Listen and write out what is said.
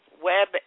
web